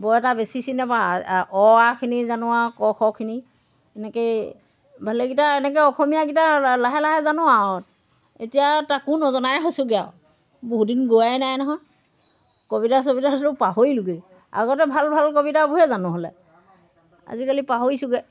বৰ এটা বেছি চিনি নাপাওঁ অ আখিনি জানো আৰু ক খখিনি এনেকৈয়ে ভালেকেইটা এনেকৈ অসমীয়াকেইটা লাহে লাহে জানোঁ আৰু এতিয়া তাকো নজনাই হৈছোঁগৈ আৰু বহুত দিন গোৱাই নাই নহয় কবিতা চবিতাটো পাহৰিলোঁগৈ আৰু আগতে ভাল ভাল কবিতাবোৰহে জানোঁ হ'লে আজিকালি পাহৰিছোঁগৈ